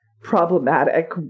problematic